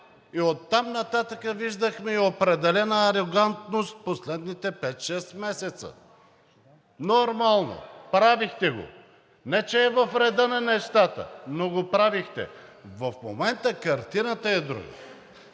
и оттам нататък виждахме и определена арогантност последните пет-шест месеца. Нормално, правихте го, не че е в реда на нещата, но го правехте. В момента картината е друга.